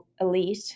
elite